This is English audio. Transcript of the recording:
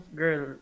girl